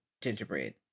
gingerbread